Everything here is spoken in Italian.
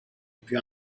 più